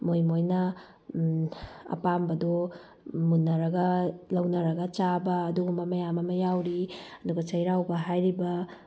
ꯃꯣꯏ ꯃꯣꯏꯅ ꯑꯄꯥꯝꯕꯗꯨ ꯃꯨꯟꯅꯔꯒ ꯂꯧꯅꯔꯒ ꯆꯥꯕ ꯑꯗꯨꯒꯨꯝꯕ ꯃꯌꯥꯝ ꯑꯃ ꯌꯥꯎꯔꯤ ꯑꯗꯨꯒ ꯆꯩꯔꯥꯎꯕ ꯍꯥꯏꯔꯤꯕ